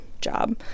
job